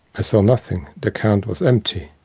i saw nothing. the account was empty,